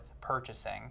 purchasing